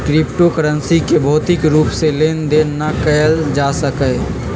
crypto currency के भौतिक रूप से लेन देन न कएल जा सकइय